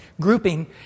grouping